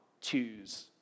choose